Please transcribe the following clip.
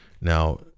now